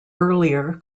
earlier